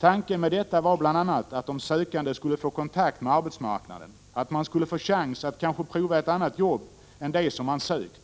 Tanken med detta var bl.a. att de sökande skulle få kontakt med arbetsmarknaden, att man skulle få chans att kanske prova ett annat jobb än de som man sökt.